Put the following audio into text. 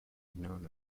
known